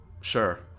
Sure